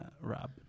Rob